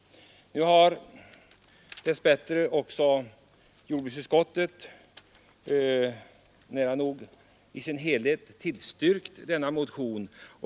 Nu har dess bättre också jordbruksutskottet nära nog i sin helhet tillstyrkt denna motion.